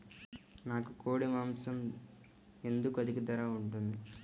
నాకు కోడి మాసం ఎందుకు అధిక ధర ఉంటుంది?